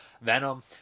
Venom